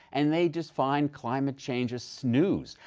and they just find climate change as snooze.